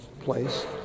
place